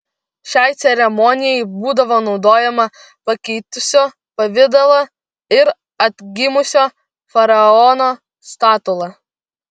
šiai ceremonijai būdavo naudojama pakeitusio pavidalą ir atgimusio faraono statula